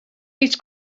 least